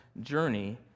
journey